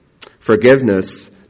Forgiveness